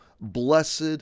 Blessed